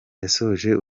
yasoje